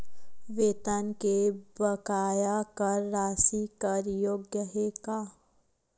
वेतन के बकाया कर राशि कर योग्य हे का?